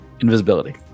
invisibility